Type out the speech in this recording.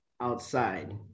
outside